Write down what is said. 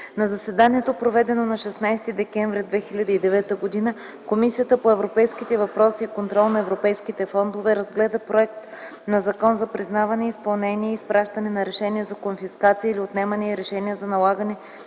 На заседанието, проведено на 16 декември 2009 г., Комисията по европейските въпроси и контрол на европейските фондове разгледа Законопроект за признаване, изпълнение и изпращане на решения за конфискация или отнемане и решения за налагане